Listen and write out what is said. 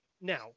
now